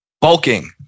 bulking